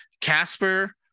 Casper